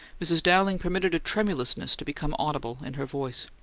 mrs. dowling permitted a tremulousness to become audible in her voice.